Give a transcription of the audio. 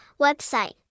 Website